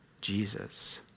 Jesus